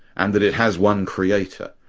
and that it has one creator.